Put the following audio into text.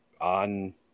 on